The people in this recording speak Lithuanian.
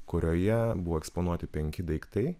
kurioje buvo eksponuoti penki daiktai